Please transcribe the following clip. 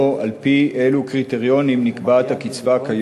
על-פי אילו קריטריונים נקבעת הקצבה כיום,